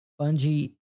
bungie